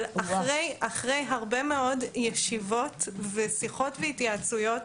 אבל אחרי הרבה מאוד ישיבות ושיחות והתייעצויות,